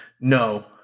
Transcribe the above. No